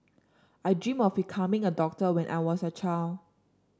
I dreamt of becoming a doctor when I was a child